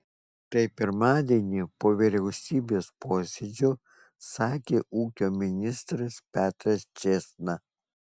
tai pirmadienį po vyriausybės posėdžio sakė ūkio ministras petras čėsna